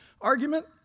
argument